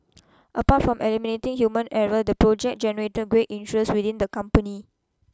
apart from eliminating human error the project generated great interest within the company